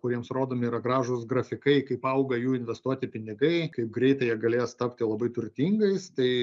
kur jiems rodomi yra gražus grafikai kaip auga jų investuoti pinigai kaip greitai jie galės tapti labai turtingais tai